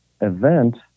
event